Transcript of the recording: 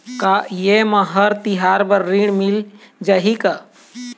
का ये मा हर तिहार बर ऋण मिल जाही का?